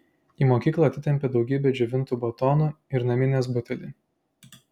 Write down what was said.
į mokyklą atitempė daugybę džiovintų batonų ir naminės butelį